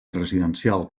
residencial